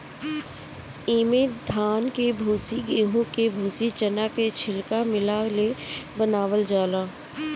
इमे धान के भूसी, गेंहू के भूसी, चना के छिलका मिला ले बनावल जाला